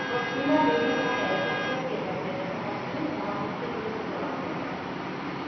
म जिल्ला मेरठमा रहेको खोप केन्द्र हेर्न चाहन्छु जहाँ बुस्टर डोज उपलब्ध छ